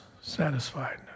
satisfied